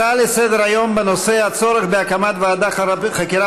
נעבור להצעה לסדר-היום בנושא: הצורך בהקמת ועדת חקירה